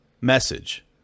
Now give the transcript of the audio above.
message